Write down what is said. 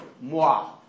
Moi